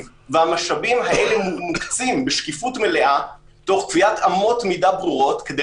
והמשאבים האלה מוקצים בשקיפות מלאה תוך קביעת אמות מידה ברורות כדי